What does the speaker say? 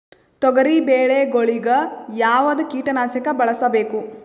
ತೊಗರಿಬೇಳೆ ಗೊಳಿಗ ಯಾವದ ಕೀಟನಾಶಕ ಬಳಸಬೇಕು?